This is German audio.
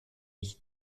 ich